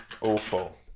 awful